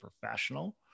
professional